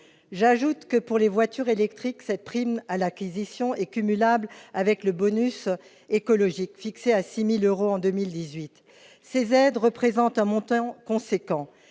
J'ajoute que, pour les voitures électriques, cette prime à l'acquisition est cumulable avec le bonus écologique, fixé à 6 000 euros en 2018. Ces aides représentent un montant important,